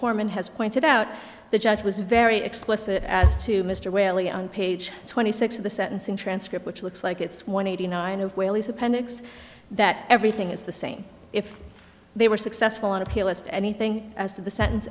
korman has pointed out the judge was very explicit as to mr whaley on page twenty six of the sentencing transcript which looks like it's one eighty nine of whaley's appendix that everything is the same if they were successful on appeal list anything as to the sentence